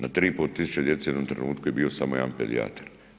Na 3,5 tisuće djece u jednom trenutku je bio samo jedan pedijatar.